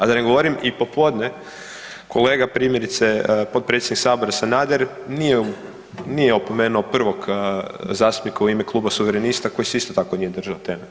A da ne govorim i popodne kolega primjerice potpredsjednik Sabora Sanader nije opomenuo prvog zastupnika u ime kluba Suverenista koji se isto tako nije držao teme.